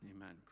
Amen